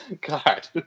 God